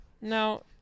Now